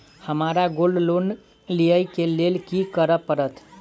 हमरा gold loan लिय केँ लेल की करऽ पड़त?